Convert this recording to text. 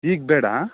ಈಗ ಬೇಡ